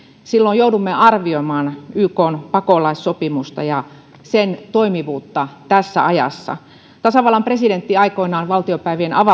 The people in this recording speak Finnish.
silloin joudumme arvioimaan ykn pakolaissopimusta ja sen toimivuutta tässä ajassa tasavallan presidentti aikoinaan valtiopäivien avajaiskeskustelussa